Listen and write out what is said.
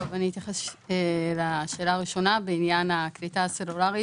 אתייחס לשאלה הראשונה בעניין הקליטה הסלולרית.